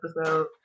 episode